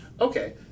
Okay